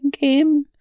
Game